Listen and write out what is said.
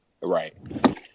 right